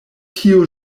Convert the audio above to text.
tio